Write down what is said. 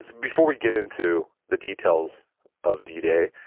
before we get into the details of d-day,